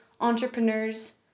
entrepreneurs